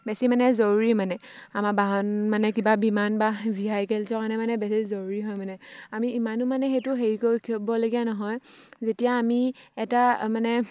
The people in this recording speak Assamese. বেছি মানে জৰুৰী মানে আমাৰ বাহন মানে কিবা বিমান বা ভেহিকেলছৰ কাৰণে মানে বেছি জৰুৰী হয় মানে আমি ইমানো মানে সেইটো হেৰি কৰি থ'বলগীয়া নহয় যেতিয়া আমি এটা মানে